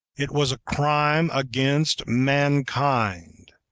it was a crime against mankind.